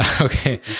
Okay